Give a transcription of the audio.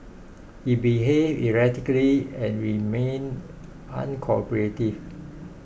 he behaved erratically and remained uncooperative